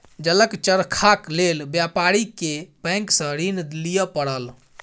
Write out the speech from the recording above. जलक चरखाक लेल व्यापारी के बैंक सॅ ऋण लिअ पड़ल